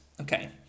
Okay